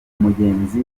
umugenzi